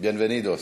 Bienvenidos.